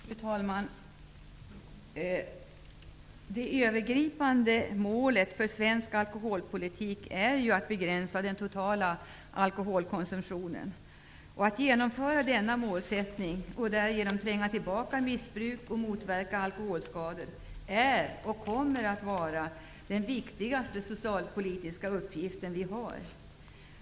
Fru talman! Det övergripande målet för svensk alkoholpolitik är att begränsa den totala alkoholkonsumtionen. Att genomföra denna målsättning och därigenom tränga tillbaka missbruk och motverka alkoholskador är och kommer att vara den viktigaste socialpolitiska uppgiften.